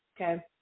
okay